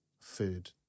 food